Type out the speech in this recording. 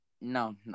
No